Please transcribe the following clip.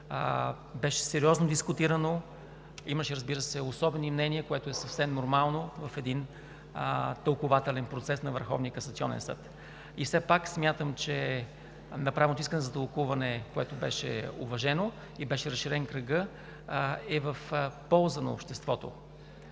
беше сериозно дискутирано. Имаше, разбира се, особени мнения, което е съвсем нормално в един тълкувателен процес на Върховния касационен съд. И все пак смятам, че направеното искане за тълкуване, което беше уважено и беше разширен кръгът, е в полза на обществото.